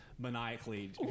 Maniacally